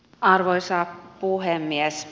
arvoisa puhemies